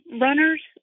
runners